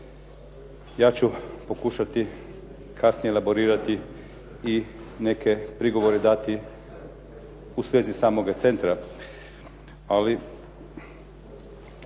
ja ću pokušati kasnije elaborirati i neke prigovore dati u svezi samoga centra ali